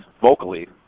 vocally